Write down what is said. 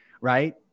right